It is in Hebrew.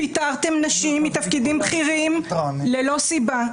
פיטרתם נשים מתפקידים בכירים ללא סיבה,